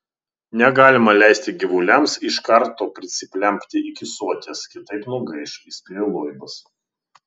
negalima leisti gyvuliams iš karto prisiplempti iki soties kitaip nugaiš įspėjo loibas